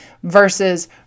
versus